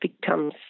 becomes